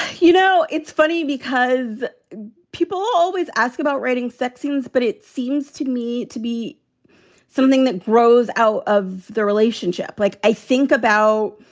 you know, it's funny because people always ask about writing sex scenes, but it seems to me to be something that grows out of the relationship. like i think about